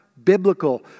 biblical